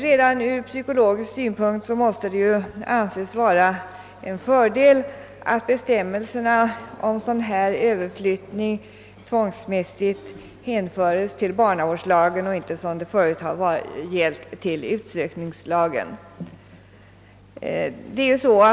Redan ur psykologisk synpunkt måste det anses vara en fördel att bestämmelserna om sådan tvångsmässig överflyttning hänföres till barnavårdslagen och inte som nu till utsökningslagen.